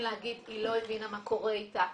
להגיד "היא לא הבינה מה קורה איתה".